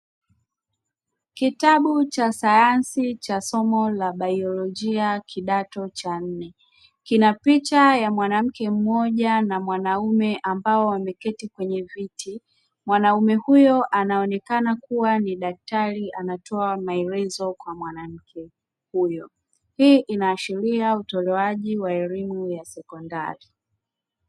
Kitabu cha sayansi cha somo la bayolojia kidato cha nne kina picha ya mwanamke mmoja na mwanamume ambao wameketi kwenye viti, mwanamume huyo anaonekana kuwa ni daktari anatoa maelezo kwa mwanamke huyo, hii inaashiria utolewaji wa elimu ya sekondari.